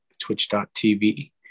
twitch.tv